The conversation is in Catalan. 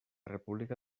república